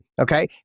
Okay